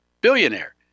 billionaire